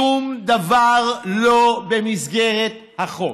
שום דבר לא במסגרת החוק.